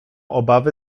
obawy